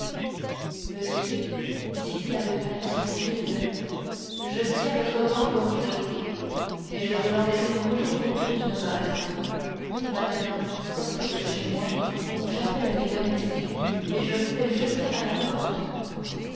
monsieur dit-il avec un accent terrible je tiens votre gant pour jeté et je vous l'enverrai roulé autour d'une balle maintenant sortez de chez moi ou j'appelle mes domestiques et je vous fais jeter à la porte